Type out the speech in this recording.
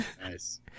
Nice